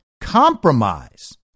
compromise